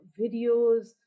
videos